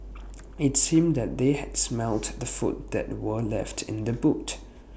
IT seemed that they had smelt the food that were left in the boot